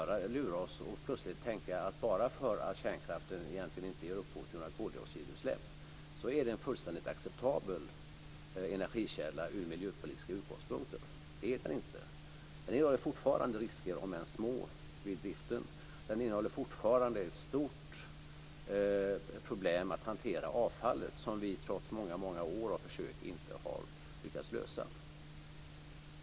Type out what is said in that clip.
Vi får inte låta lura oss själva att tänka att bara för att kärnkraften inte egentligen ger upphov till några koldioxidutsläpp är den en fullständigt acceptabel energikälla utifrån miljöpolitiska utgångspunkter. Så är det inte. Den innebär fortfarande risker, om än små, vid driften. Den innebär fortfarande ett stort problem när det gäller att hantera avfallet. Det har vi trots många år av försök inte lyckats lösa.